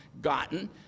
gotten